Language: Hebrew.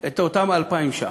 את אותם 2,000 ש"ח,